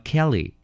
Kelly